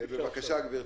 גברתי,